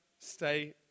stay